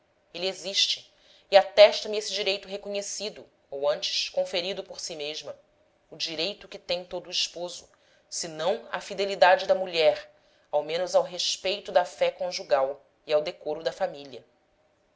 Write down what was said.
ele existe e atesta me esse direito reconhecido ou antes conferido por si mesma o direito que tem todo o esposo se não à fidelidade da mulher ao menos ao respeito da fé conjugal e ao decoro da família